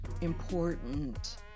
important